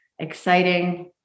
exciting